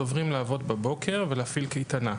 עוברים לעבוד בבוקר ולהפעיל קייטנה.